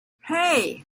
hey